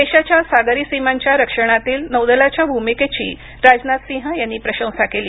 देशाच्या सागरी सीमांच्या रक्षणातील नौदलाच्या भूमिकेची राजनाथसिंह यांनी प्रशंसा केली